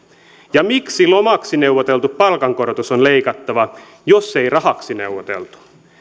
ja miksi lomaksi neuvoteltu palkankorotus on leikattava jos ei rahaksi neuvoteltu